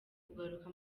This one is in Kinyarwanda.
kugaruka